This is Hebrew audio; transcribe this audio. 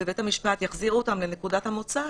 בית המשפט יחזיר אותם לנקודת המוצא,